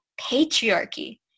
patriarchy